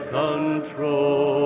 control